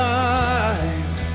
life